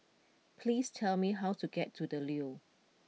please tell me how to get to The Leo